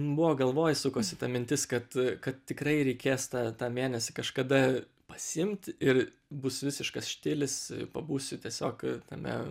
buvo galvoj sukosi ta mintis kad kad tikrai reikės tą tą mėnesį kažkada pasiimt ir bus visiškas štilis pabūsiu tiesiog tame